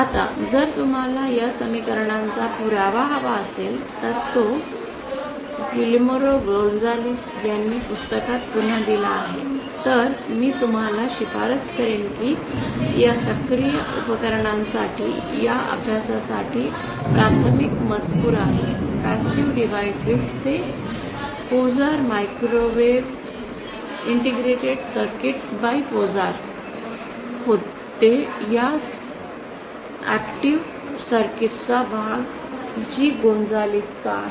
आता जर तुम्हाला या समीकरणांचा पुरावा हवा असेल तर तो गिलर्मो गोंझलेस यांनी पुस्तकात पुन्हा दिला आहे तर मी तुम्हाला शिफारस करेन की या सक्रिय उपकरणांसाठी या अभ्यासक्रमासाठी प्राथमिक मजकूर आहे पॅसिव्ह डिव्हाइस ते पोझारने मायक्रोवेव्ह इंटिग्रेटेड सर्किट्स होते हा सक्रिय सर्किटचा भाग जी गोंजालेज चा आहे